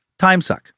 timesuck